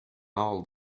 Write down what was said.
all